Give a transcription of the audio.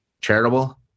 charitable